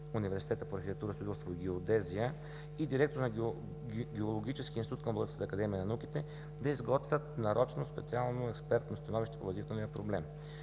Университета по архитектура, строителство и геодезия и директора на Геологическия институт към Българската академия на науките да изготвят нарочно специално експертно становище по възникналия проблем.